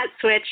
switch